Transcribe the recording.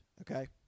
okay